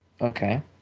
Okay